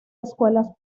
escuelas